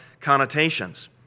connotations